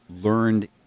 learned